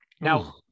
Now